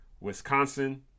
Wisconsin